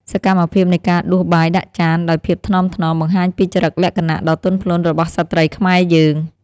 សកម្មភាពនៃការដួសបាយដាក់ចានដោយភាពថ្នមៗបង្ហាញពីចរិតលក្ខណៈដ៏ទន់ភ្លន់របស់ស្ត្រីខ្មែរយើង។